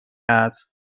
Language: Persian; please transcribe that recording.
است